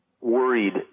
worried